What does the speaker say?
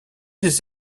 des